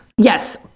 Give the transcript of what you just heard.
Yes